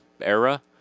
era